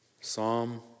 Psalm